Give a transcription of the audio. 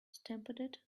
stampeded